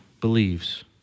believes